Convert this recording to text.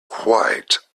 quite